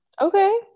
okay